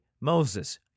Moses